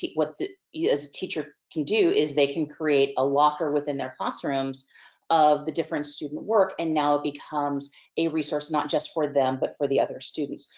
what the a teacher can do is they can create a locker within their classrooms of the different student work and now becomes a resource, not just for them but for the other students.